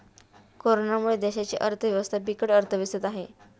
कोरोनामुळे देशाची अर्थव्यवस्था बिकट अवस्थेत आहे